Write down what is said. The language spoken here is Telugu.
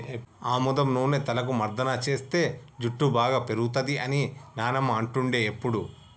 ఆముదం నూనె తలకు మర్దన చేస్తే జుట్టు బాగా పేరుతది అని నానమ్మ అంటుండే ఎప్పుడు